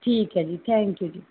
ਠੀਕ ਹੈ ਜੀ ਥੈਂਕ ਯੂ ਜੀ